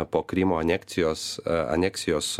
po krymo anekcijos aneksijos